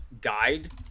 guide